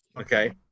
Okay